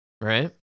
right